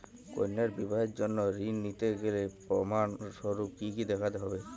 কন্যার বিবাহের জন্য ঋণ নিতে গেলে প্রমাণ স্বরূপ কী কী দেখাতে হবে?